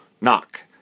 knock